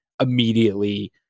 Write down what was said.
immediately